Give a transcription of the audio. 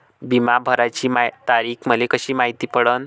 बिमा भराची तारीख मले कशी मायती पडन?